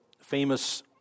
famous